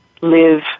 live